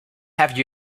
have